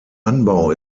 anbau